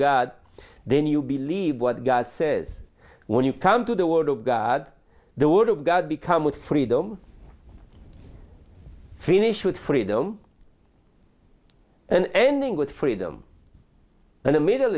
god then you believe what god says when you come to the word of god the word of god become what freedom finish with freedom and ending with freedom and the middle